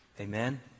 Amen